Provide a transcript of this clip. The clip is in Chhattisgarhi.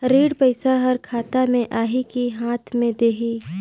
ऋण पइसा हर खाता मे आही की हाथ मे देही?